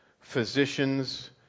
physicians